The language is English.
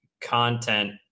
content